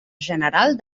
general